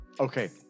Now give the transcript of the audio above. Okay